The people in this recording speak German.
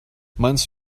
meinst